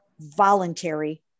voluntary